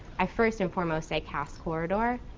i first and foremost say cass corridor,